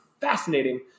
fascinating